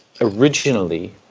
originally